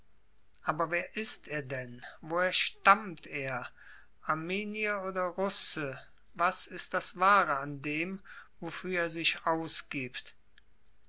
aber wer ist er denn woher stammt er armenier oder russe was ist das wahre an dem wofür er sich ausgibt